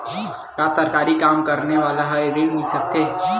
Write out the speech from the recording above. का सरकारी काम करने वाले ल हि ऋण मिल सकथे?